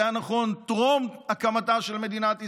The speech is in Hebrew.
זה היה נכון טרום הקמתה של מדינת ישראל,